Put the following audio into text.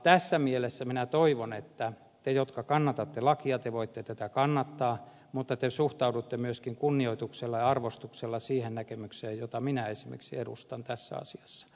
tässä mielessä te jotka kannatatte lakia voitte tätä kannattaa mutta minä toivon että te suhtaudutte myöskin kunnioituksella ja arvostuksella siihen näkemykseen jota minä esimerkiksi edustan tässä asiassa